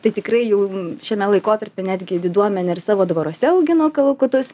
tai tikrai jau šiame laikotarpy netgi diduomenė ir savo dvaruose augino kalakutus